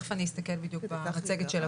תיכף אני אסתכל במצגת של הבוקר.